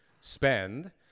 spend